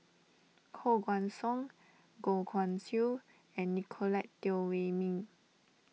Koh Guan Song Goh Guan Siew and Nicolette Teo Wei Min